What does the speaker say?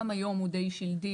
גם היום הוא די שלדי,